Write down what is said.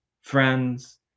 friends